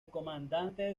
comandante